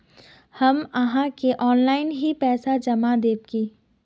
हम आहाँ के ऑनलाइन ही पैसा जमा देब की?